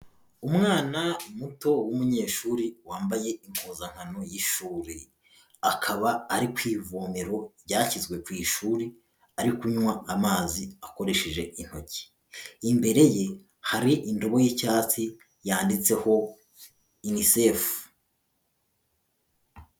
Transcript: Umwana muto w'umunyeshuri wambaye impuzankano y'ishuri akaba ari ku ivomero ryashyizwe ku ishuri ari kunywa amazi akoresheje intoki, imbere ye hari indobo y'icyatsi yanditseho inicefu